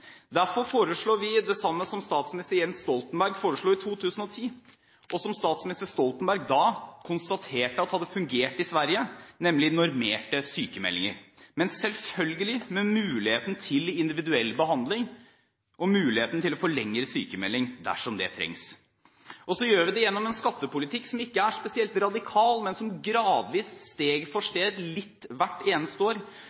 Derfor foreslår vi det samme som statsminister Jens Stoltenberg foreslo i 2010 – og statsministeren konstaterte da at det hadde fungert i Sverige – nemlig normerte sykmeldinger, men selvfølgelig med mulighet til individuell behandling, og muligheten til å få forlenget sykmeldingen, dersom det trengs. Vi gjør det gjennom en skattepolitikk som ikke er spesielt radikal, men som gradvis – steg for steg, litt hvert eneste år